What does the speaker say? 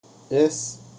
yes